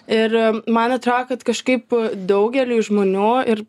ir man atrodo kad kažkaip daugeliui žmonių ir